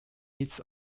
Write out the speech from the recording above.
its